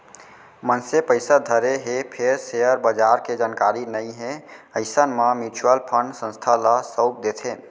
मनसे पइसा धरे हे फेर सेयर बजार के जानकारी नइ हे अइसन म म्युचुअल फंड संस्था ल सउप देथे